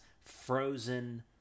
frozen